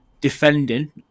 defending